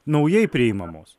naujai priimamos